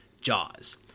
JAWS